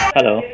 Hello